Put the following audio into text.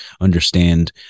understand